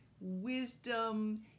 wisdom